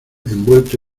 envuelto